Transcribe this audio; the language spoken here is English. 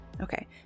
Okay